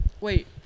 wait